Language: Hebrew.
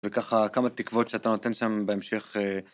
וככה כמה תקוות שאתה נותן שם בהמשך...